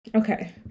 okay